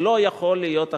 ולא יכול להיות אחרת.